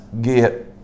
get